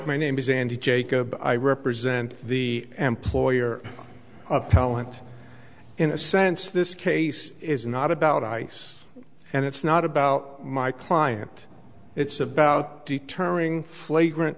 my name is andy jacob i represent the employer appellant in a sense this case is not about ice and it's not about my client it's about deterring flagrant